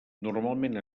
normalment